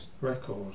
record